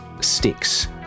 sticks